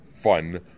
fun